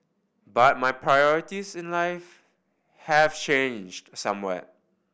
but my priorities in life have changed somewhat